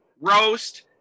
roast